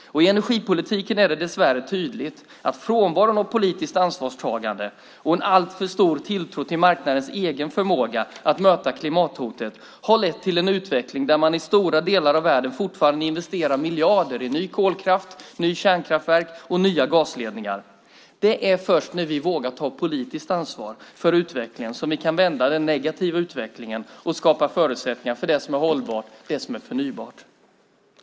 I energipolitiken är det dessvärre tydligt att frånvaron av politiskt ansvarstagande och en alltför stor tilltro till marknadens egen förmåga att möta klimathotet har lett till en utveckling där man i stora delar av världen fortfarande investerar miljarder i ny kolkraft, nya kärnkraftverk och nya gasledningar. Det är först när vi vågar ta politiskt ansvar för utvecklingen som vi kan vända den negativa utvecklingen och skapa förutsättningar för det som är hållbart och förnybart.